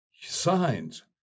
Signs